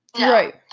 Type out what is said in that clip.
Right